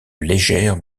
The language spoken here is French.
légère